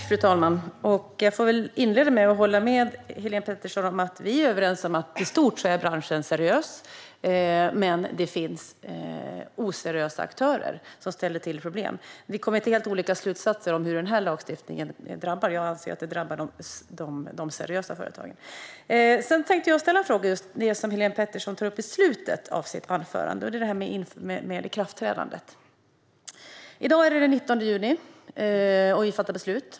Fru talman! Jag inleder med att vi är överens om att branschen i stort är seriös, men det finns oseriösa aktörer som ställer till problem. Vi kommer till helt olika slutsatser om vilka den här lagstiftningen drabbar. Jag anser att det drabbar de seriösa företagen. I slutet av sitt anförande tog Helén Pettersson upp ikraftträdandet. I dag är det den 19 juni, och vi ska fatta beslut.